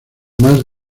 más